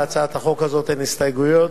להצעת החוק הזאת אין הסתייגויות.